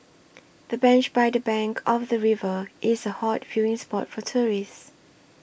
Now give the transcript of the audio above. the bench by the bank of the river is a hot viewing spot for tourists